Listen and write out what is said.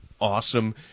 awesome